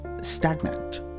stagnant